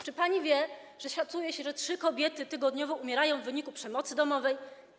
Czy pani wie, że szacuje się, że trzy kobiety tygodniowo umierają w wyniku przemocy domowej?